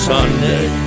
Sunday